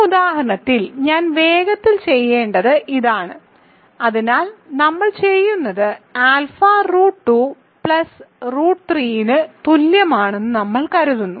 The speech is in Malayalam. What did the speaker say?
ഈ ഉദാഹരണത്തിൽ ഞാൻ വേഗത്തിൽ ചെയ്യേണ്ടത് ഇതാണ് അതിനാൽ നമ്മൾ ചെയ്യുന്നത് ആൽഫ റൂട്ട് 2 പ്ലസ് റൂട്ട് 3 ന് തുല്യമാണെന്ന് നമ്മൾ കരുതുന്നു